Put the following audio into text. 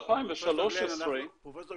פרופ' גלן,